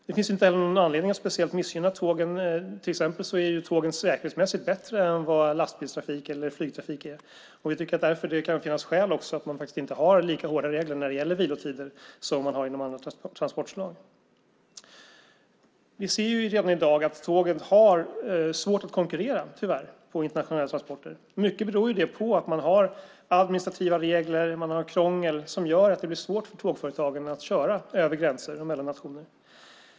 Det finns inte heller någon anledning att speciellt missgynna tågen - till exempel är tågen säkerhetsmässigt bättre än vad lastbilstrafik eller flygtrafik är, och vi tycker därför att det kan finnas skäl att faktiskt inte ha lika hårda viloregler som man har när det gäller andra transportslag. Vi ser redan i dag att tåget tyvärr har svårt att konkurrera när det gäller internationella transporter. Mycket beror detta på att man har administrativa regler och krångel som gör att det blir svårt för tågföretagen att köra över gränser och mellan nationer.